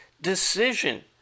decision